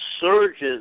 surges